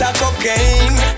cocaine